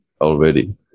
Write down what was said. already